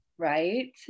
Right